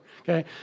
okay